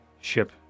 ship